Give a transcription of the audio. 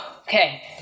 Okay